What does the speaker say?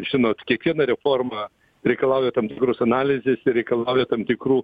žinot kiekviena reforma reikalauja tam tikros analizės reikalauja tam tikrų